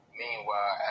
meanwhile